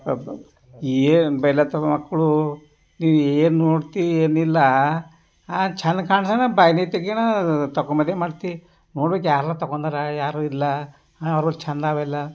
ಏನು ಬೈಲತ್ತವ ಮಕ್ಕಳು ನೀನು ಏನು ನೋಡ್ತಿ ಏನಿಲ್ಲ ಚಂದ ಕಾನ್ಸಣ ಬೈನಿ ತೆಗಿಯೊಣ ತಕೊಂಬಂದೆ ಮಾಡ್ತಿ ನೋಡಬೇಕು ಯಾರೆಲ್ಲ ತಗೊಂದರ ಯಾರು ಇಲ್ಲ ಯಾರೂರ ಚಂದಾವ ಇಲ್ಲ